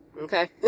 okay